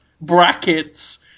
brackets